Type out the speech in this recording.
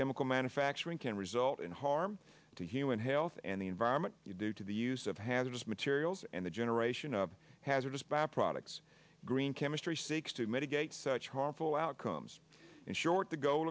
chemical manufacturing can result in harm to human health and the environment you do to the use of hazardous materials and the generation of hazardous by products green chemistry seeks to mitigate such harmful outcomes and short the go